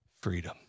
freedom